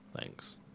Thanks